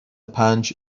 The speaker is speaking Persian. پنج